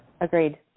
Agreed